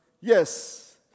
Yes